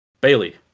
Bailey